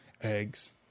eggs